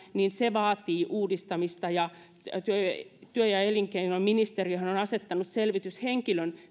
vaatii uudistamista ja että työ ja elinkeinoministeriö on asettanut selvityshenkilön